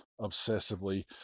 obsessively